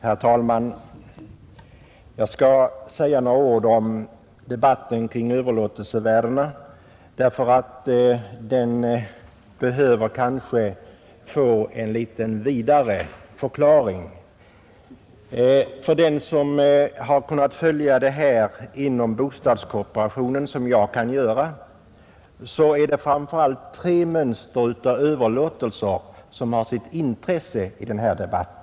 Herr talman! Jag skall säga några ord om debatten kring överlåtelsevärdena, därför att den behöver kanske få en litet vidare förklaring. För den som har kunnat följa dessa frågor inom bostadskooperationen, som jag kan göra, är det framför allt tre mönster av överlåtelser som har intresse i denna debatt.